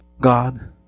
God